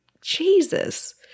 Jesus